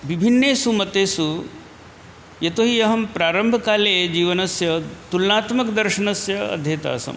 विभिन्नेषु मतेषु यतोऽहि अहं प्रारम्भकाले जीवनस्य तुलनात्मकदर्शनस्य अध्येता आसं